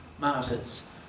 martyrs